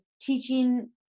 teaching